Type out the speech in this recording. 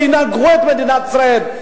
שינגחו את מדינת ישראל.